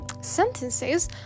sentences